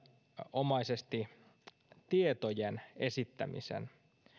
nimenomaisesti tietojen esittämisen